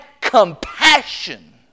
compassion